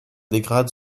dégrade